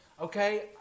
Okay